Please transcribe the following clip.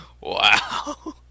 Wow